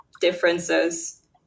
differences